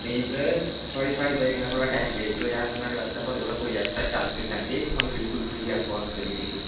नेईं सर साढ़ी बजह कन्नै थुआढ़ा टाईम वेस्ट होया थुआढ़े कोला कोई एक्स्ट्रा चार्ज निं लैगे फ्री ऑफ कॉस्ट करगे